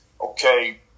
okay